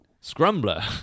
Scrambler